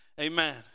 Amen